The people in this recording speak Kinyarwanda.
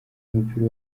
umupira